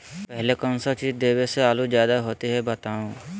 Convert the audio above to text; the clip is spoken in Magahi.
पहले कौन सा चीज देबे से आलू ज्यादा होती बताऊं?